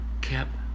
kept